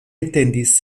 etendis